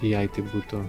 jai tai būtų